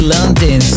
London